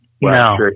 No